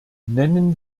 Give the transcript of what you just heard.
nennen